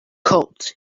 cult